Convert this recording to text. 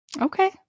Okay